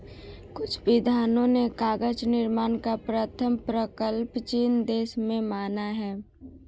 कुछ विद्वानों ने कागज निर्माण का प्रथम प्रकल्प चीन देश में माना है